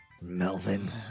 Melvin